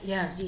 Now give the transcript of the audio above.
Yes